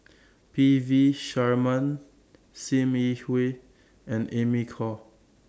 P V Sharma SIM Yi Hui and Amy Khor